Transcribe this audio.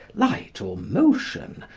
light, or motion,